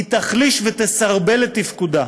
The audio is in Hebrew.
היא תחליש ותסרבל את תפקודה.